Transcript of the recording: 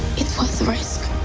it's worth the risk.